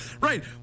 Right